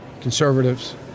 conservatives